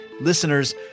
listeners